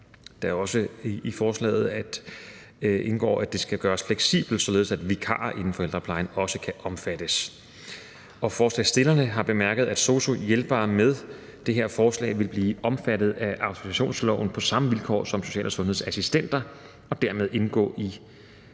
indgår også i forslaget, at det skal gøres fleksibelt, således at vikarer inden for ældreplejen også kan omfattes. Og forslagsstillerne har bemærket, at sosu-hjælpere med det her forslag vil blive omfattet af autorisationsloven på samme vilkår som social- og sundhedsassistenter og dermed fremgå